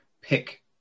pick